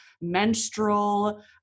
menstrual